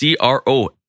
CRO